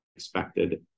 expected